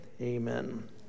Amen